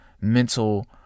mental